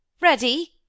ready